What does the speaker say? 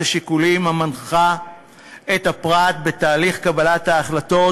השיקולים המנחה את הפרט בתהליך קבלת ההחלטות